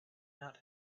not